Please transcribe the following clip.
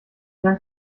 dank